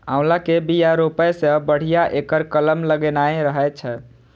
आंवला के बिया रोपै सं बढ़िया एकर कलम लगेनाय रहै छै